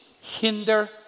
hinder